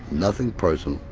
nothing personal.